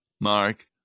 Mark